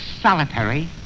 solitary